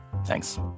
Thanks